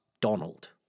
Donald